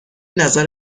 نظر